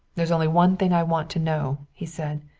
there's only one thing i want to know, he said.